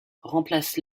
remplace